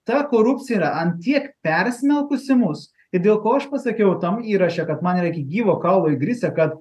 ta korupcija yra an tiek persmelkusi mus ir dėl ko aš pasakiau tam įraše kad man yra iki gyvo kaulo įgrisę kad